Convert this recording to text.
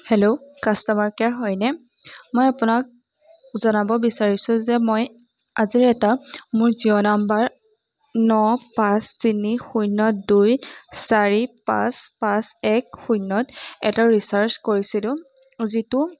hello customer care হয়নে মই আপোনাক জনাব বিচাৰিছোঁ যে মই আজিৰ এটা মোৰ জিঅ' নাম্বাৰ ন পাঁচ তিনি শূন্য দুই চাৰি পাঁচ পাঁচ এক শূন্যত এটা ৰিচাৰ্জ কৰিছিলোঁ যিটো